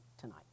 tonight